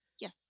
Yes